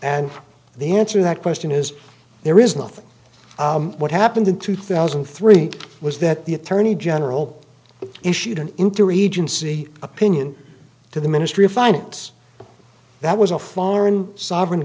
and the answer that question is there is nothing what happened in two thousand and three was that the attorney general issued an interagency opinion to the ministry of finance that was a foreign sovereign